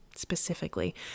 specifically